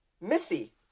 missy